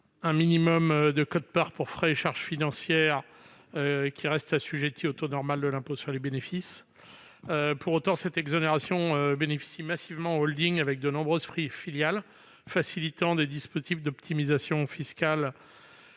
un minimum de quote-part pour frais et charges financières restant assujetti au taux normal de l'impôt sur les bénéfices. Pour autant, cette exonération bénéficie massivement aux holdings dotées de nombreuses filiales, facilitant une optimisation fiscale